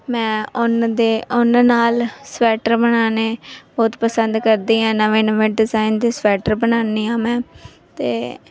ਮੈਂ ਉੱਨ ਦੇ ਉੱਨ ਨਾਲ ਸਵੈਟਰ ਬਣਾਉਣੇ ਬਹੁਤ ਪਸੰਦ ਕਰਦੀ ਹਾਂ ਨਵੇਂ ਨਵੇਂ ਡਿਜ਼ਾਇਨ ਦੇ ਸਵੈਟਰ ਬਣਾਉਂਦੀ ਹਾਂ ਮੈਂ ਅਤੇ